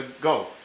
Go